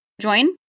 join